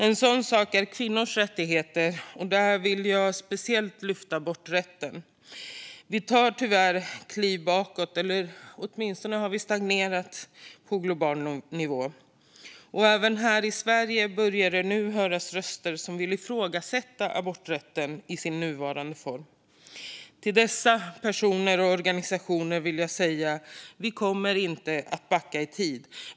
En sådan sak är kvinnors rättigheter, och där vill jag speciellt lyfta aborträtten. Det tas tyvärr kliv bakåt, eller åtminstone har frågan stagnerat på global nivå. Även här i Sverige börjar det nu höras röster som ifrågasätter aborträtten i dess nuvarande form. Till dessa personer och organisationer vill jag säga att vi inte kommer att backa i tiden.